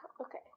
okay